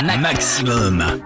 maximum